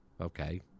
Okay